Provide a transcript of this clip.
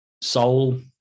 Soul